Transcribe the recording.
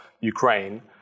Ukraine